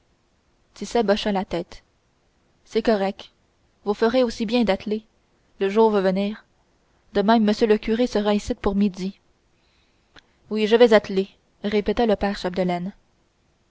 tit sèbe hocha la tête c'est correct vous ferez aussi bien d'atteler le jour va venir de même m le curé sera icitte pour midi oui je vas atteler répéta le père